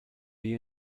you